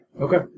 Okay